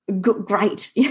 great